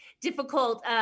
difficult